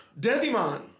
Devimon